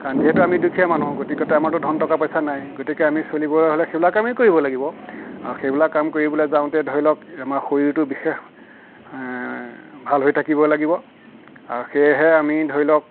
কাৰণ যিহেতু আমি দুখীয়া মানুহ গতিকেতো আমাৰ ধন টকা পইচা নাই গতিকে আমি চলিবলৈ হ'লে সেইবিলাক কামেই কৰিব লাগিব আৰু সেইবিলাক কাম কৰিবলৈ যাওঁতে ধৰি লওক আমাৰ শৰীৰটো বিশেষ ভাল হৈ থাকিব লাগিব আৰু সেয়েহে আমি ধৰি লওক